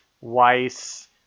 Weiss –